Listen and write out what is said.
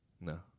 No